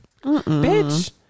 Bitch